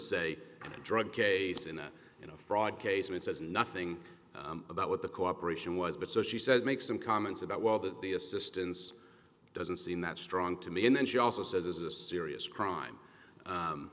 a drug case in a in a fraud case and it says nothing about what the cooperation was but so she says make some comments about well that the assistance doesn't seem that strong to me and then she also says it's a serious crime